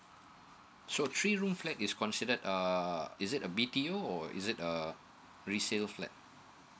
sure three room flat is considered uh is it a b t u or is it a resale flat